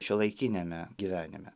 šiuolaikiniame gyvenime